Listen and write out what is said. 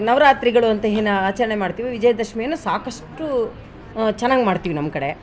ನವರಾತ್ರಿಗಳು ಅಂತ ಏನ್ ಆಚರಣೆ ಮಾಡ್ತೀವಿ ವಿಜಯ ದಶಮಿಯನ್ನ ಸಾಕಷ್ಟು ಚೆನ್ನಾಗ್ ಮಾಡ್ತೀವಿ ನಮ್ಮ ಕಡೆ